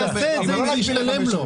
הוא יעשה את זה אם זה ישתלם לו.